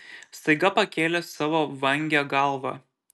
staiga pakėlė savo vangią galvą